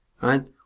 right